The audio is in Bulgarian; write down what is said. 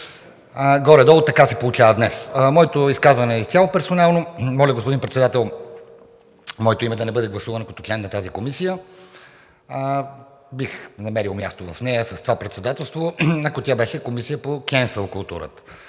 Горе-долу така се получава днес. Моето изказване е изцяло персонално. Моля, господин Председател, моето име да не бъде гласувано като член на тази комисия. Бих намерил място в нея с това председателство, ако тя беше комисия по Кенсъл културата,